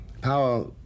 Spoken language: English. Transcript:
Power